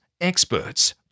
experts